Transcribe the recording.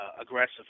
aggressive